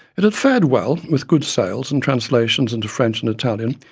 it had fared well, with good sales and translations into french and italian,